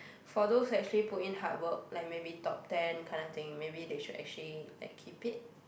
for those that actually put in hard work like maybe top ten kind of thing maybe they should actually like keep it